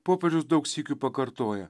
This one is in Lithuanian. popiežius daug sykių pakartoja